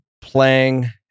playing